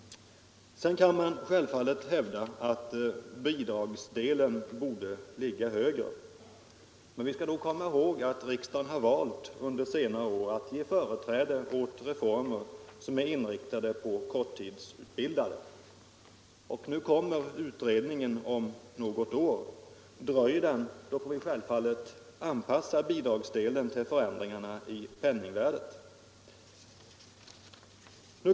Sedan kan man givetvis hävda att bidragsdelen borde vara större. Men då skall vi komma ihåg att riksdagen under senare år har valt att ge företräde åt reformer som är inriktade på korttidsutbildning. Och nu kommer ju utredningens betänkande om något år. Skulle det dröja får vi självfallet anpassa bidragsdelen till förändringarna i penningvärdet.